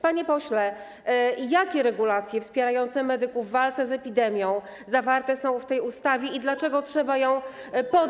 Panie pośle, jakie regulacje wspierające medyków w walce z epidemią zawarte są w tej ustawie i dlaczego trzeba ją uchwalić?